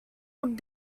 would